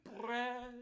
bread